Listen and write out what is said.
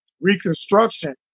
Reconstruction